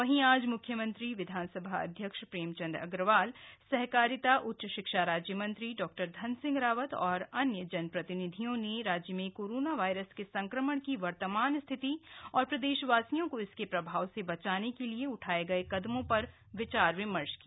वहीं आज मुख्यमंत्री विधानसभा अध्यक्ष प्रेमचंद अग्रवाल सहकारिता उच्च शिक्षा राज्य मंत्री डॉ धन सिंह रावत और अन्य जनप्रतिनिधियों ने राज्य में कोरोना वायरस के संक्रमण की वर्तमान स्थिति और प्रदेशवासियों को इसके प्रभाव से बचाने के लिए उठाए गए कदमों पर विचार विमर्श किया